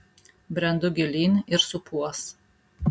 brendu gilyn ir supuos